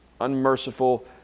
unmerciful